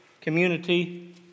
community